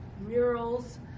murals